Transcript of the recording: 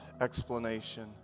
explanation